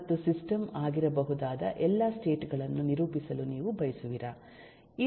ಮತ್ತು ಸಿಸ್ಟಮ್ ಆಗಿರಬಹುದಾದ ಎಲ್ಲ ಸ್ಟೇಟ್ ಗಳನ್ನು ನಿರೂಪಿಸಲು ನೀವು ಬಯಸುವಿರಾ